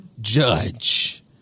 Judge